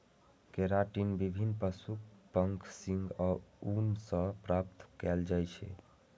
keratin विभिन्न पशुक पंख, सींग आ ऊन सं प्राप्त कैल जाइ छै